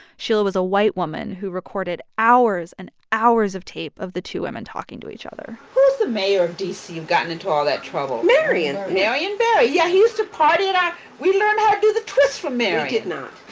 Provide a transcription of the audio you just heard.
sheila was a white woman who recorded hours and hours of tape of the two women talking to each other who's the mayor of d c. you've gotten into all that trouble? marion marion barry. yeah, he used to party at our we learned how to do the twist from marion did not